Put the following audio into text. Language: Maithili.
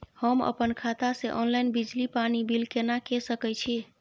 हम अपन खाता से ऑनलाइन बिजली पानी बिल केना के सकै छी?